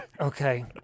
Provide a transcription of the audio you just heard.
Okay